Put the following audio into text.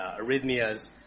arrhythmias